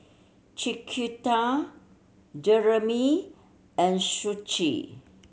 Chiquita Jeramy and